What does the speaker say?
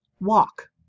walk